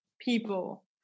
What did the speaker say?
people